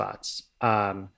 spots